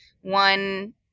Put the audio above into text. one